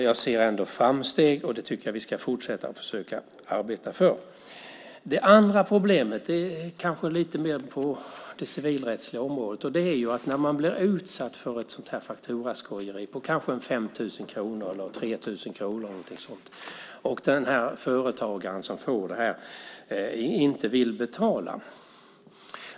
Jag ser ändå framsteg, och det tycker jag att vi ska fortsätta att försöka arbeta för. Det andra problemet är kanske lite mer på det civilrättsliga området. Det är när en företagare blir utsatt för ett sådant här fakturaskojeri på kanske 5 000 kronor, 3 000 kronor eller något sådant och inte vill betala.